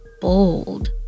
bold